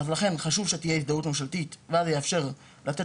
לכן חשוב שתהיה הזדהות ממשלתית ואז זה יאפשר לתת